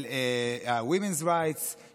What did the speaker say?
של women’s rights,